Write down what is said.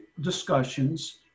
discussions